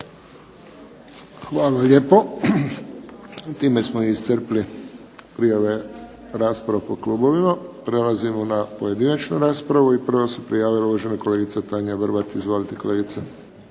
Hvala lijepo. Time smo iscrpili prijave rasprava po klubovima. Prelazimo na pojedinačnu raspravu i prva se prijavila uvažena kolegica Tanja Vrbat. Izvolite kolegice.